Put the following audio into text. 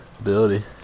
ability